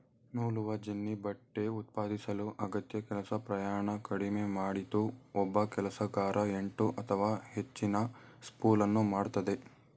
ನೂಲುವಜೆನ್ನಿ ಬಟ್ಟೆ ಉತ್ಪಾದಿಸಲು ಅಗತ್ಯ ಕೆಲಸ ಪ್ರಮಾಣ ಕಡಿಮೆ ಮಾಡಿತು ಒಬ್ಬ ಕೆಲಸಗಾರ ಎಂಟು ಅಥವಾ ಹೆಚ್ಚಿನ ಸ್ಪೂಲನ್ನು ಮಾಡ್ತದೆ